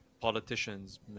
politicians